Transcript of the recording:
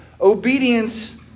obedience